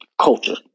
culture